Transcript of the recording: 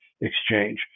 exchange